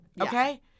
okay